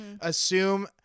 assume